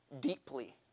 deeply